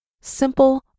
Simple